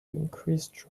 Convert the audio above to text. increased